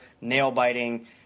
nail-biting